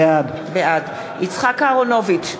בעד יצחק אהרונוביץ,